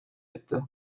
etti